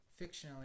fictionally